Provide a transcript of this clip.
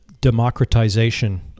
democratization